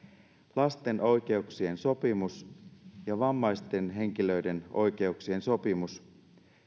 lasten oikeuksien sopimus ja vammaisten henkilöiden oikeuksien sopimus